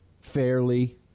fairly